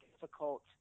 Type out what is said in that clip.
difficult